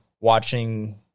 watching